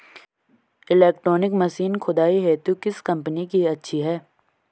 Electronic machine खुदाई हेतु किस कंपनी की अच्छी है?